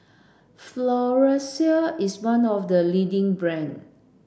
Floxia is one of the leading brand